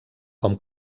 com